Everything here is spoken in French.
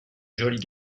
jolis